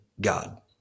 God